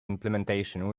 implementation